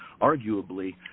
arguably